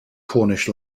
cornish